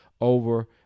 over